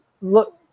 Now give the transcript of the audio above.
look